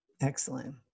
Excellent